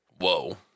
Whoa